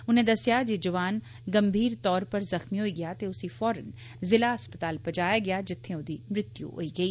उनें दस्सेआ जे जवान गंभीर तौर पर जख्मी होई गेआ ते उसी फौरन ज़िला अस्पताल पजाया गेआ जित्थें ओहदी मौत होई गेई